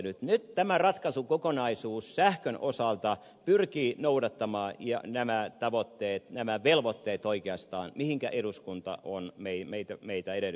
nyt tämä ratkaisukokonaisuus sähkön osalta ja nämä tavoitteet nämä velvoitteet oikeastaan pyrkii noudattamaan sitä mitä eduskunta on meitä edellyttänyt